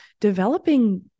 developing